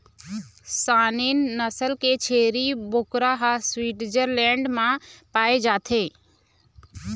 Saanen नसल के छेरी बोकरा ह स्वीटजरलैंड म पाए जाथे